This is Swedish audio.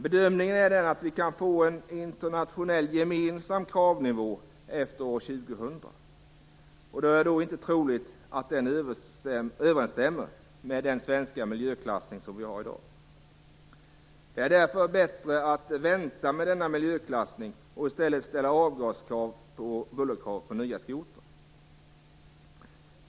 Bedömningen är den att vi kan få en internationell gemensam kravnivå efter år 2000. Det är inte troligt att den överensstämmer med dagens svenska miljöklassning. Det är därför bättre att vänta med denna miljöklassning och i stället ställa avgas och bullerkrav på nya skotrar.